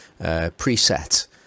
preset